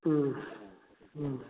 ꯎꯝ ꯎꯝ